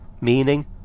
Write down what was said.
meaning